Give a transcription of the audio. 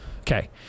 Okay